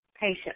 patient